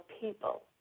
people